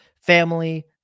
family